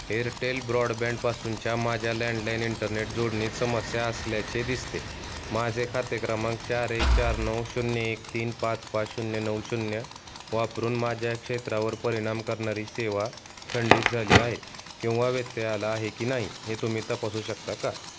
Airtel ब्रॉडबँडपासूनच्या माझ्या landline internet जोडणीत समस्या असल्याचे दिसते माझे खाते क्रमांक चार एक चार नऊ शून्य एक तीन पाच पाच शून्य नऊ शून्य वापरून माझ्या क्षेत्रावर परिणाम करणारी सेवा खंडित झाली आहे किंवा व्यत्यय आला आहे की नाही हे तुम्ही तपासू शकता का